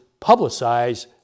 publicize